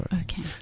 Okay